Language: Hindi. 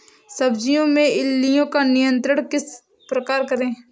सब्जियों में इल्लियो का नियंत्रण किस प्रकार करें?